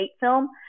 film